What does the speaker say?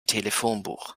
telefonbuch